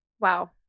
Wow